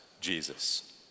Jesus